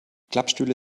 klappstühle